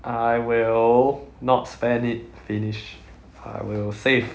I will not spend it finish I will save